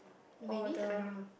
maybe I don't know